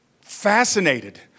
fascinated